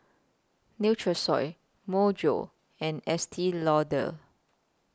Nutrisoy Myojo and Estee Lauder